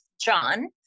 John